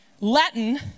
Latin